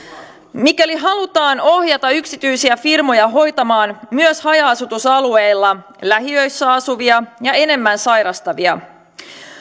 mikäli halutaan ohjata yksityisiä firmoja hoitamaan myös haja asutusalueilla lähiöissä asuvia ja enemmän sairastavia